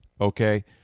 okay